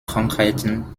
krankheiten